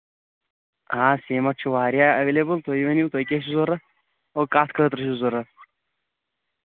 آ سیٖمنٛٹ چھُ واریاہ ایویلیبٔل تُہۍ ؤنو تۄہہ کیٛاہ چھُ ضروٗرت او کَتھ خٲطرٕ چھُ ضروٗرت